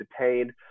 detained